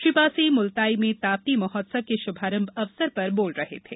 श्री पांसे मुलताई में ताप्ति महोत्सव के शुभारंभ अवसर पर बोल रहे थे